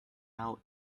out